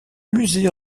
musée